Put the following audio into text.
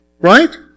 right